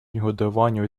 негодование